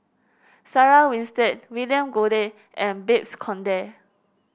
Sarah Winstedt William Goode and Babes Conde